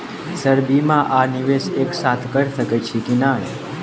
Sir बीमा आ निवेश एक साथ करऽ सकै छी की न ई?